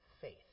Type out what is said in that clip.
faith